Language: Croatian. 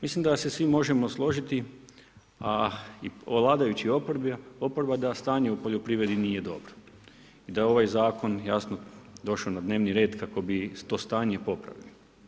Mislim da se svi možemo složiti, a i vladajući i oporba da stanje u poljoprivredi nije dobro i da ovaj zakon jasno došao je na dnevni red kako bi to stanje popravili.